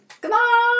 Goodbye